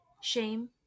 Shame